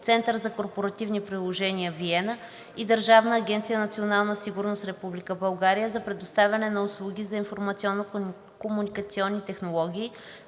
Центъра за корпоративни приложения – Виена (EAC-VN), и Държавна агенция „Национална сигурност“ – Република България, за предоставяне на услуги за информационно-комуникационни технологии,